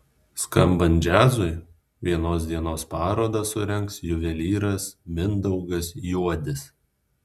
skambant džiazui vienos dienos parodą surengs juvelyras mindaugas juodis